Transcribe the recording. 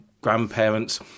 grandparents